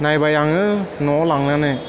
नायबाय आङो न'आव लांनानै